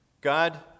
God